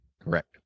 Correct